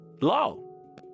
law